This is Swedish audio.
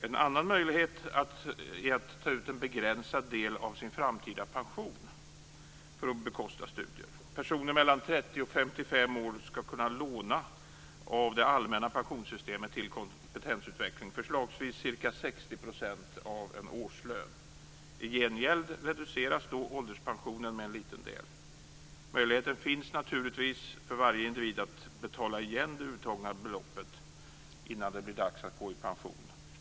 En annan möjlighet är att ta ut en begränsad del av sin framtida pension för att bekosta studier. Personer mellan 30 och 55 års ålder skall kunna låna av det allmänna pensionssystemet till kompetensutveckling, förslagsvis ca 60 % av en årslön. I gengäld reduceras ålderspensionen med en liten del. Möjligheten finns naturligtvis för varje individ att betala igen det uttagna beloppet innan det blir dags att gå i pension.